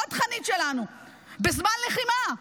בזמן לחימה,